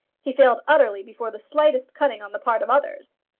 he failed utterly before the slightest cunning on the part of others.